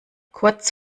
kurz